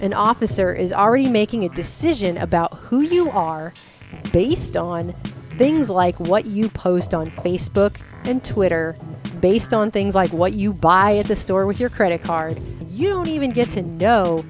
an officer is already making a decision about who you are based on things like what you post on facebook and twitter based on things like what you buy at the store with your credit card and you don't even get to know